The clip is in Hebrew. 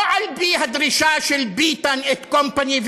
לא על-פי הדרישה של ביטן & company,